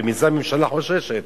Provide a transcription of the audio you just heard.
ומזה הממשלה חוששת.